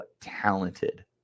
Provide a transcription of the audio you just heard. talented